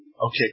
Okay